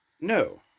No